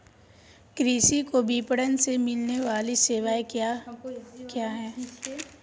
कृषि को विपणन से मिलने वाली सेवाएँ क्या क्या है